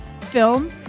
film